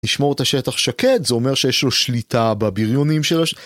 לשמור את השטח שקט זה אומר שיש לו שליטה בביריונים של.